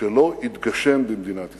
שלא התגשם במדינת ישראל.